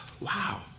Wow